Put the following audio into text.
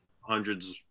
hundreds